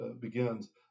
begins